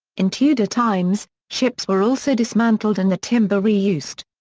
in tudor times, ships were also dismantled and the timber re-used.